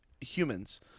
humans